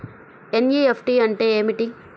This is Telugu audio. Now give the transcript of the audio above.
ఎన్.ఈ.ఎఫ్.టీ అంటే ఏమిటి?